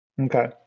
Okay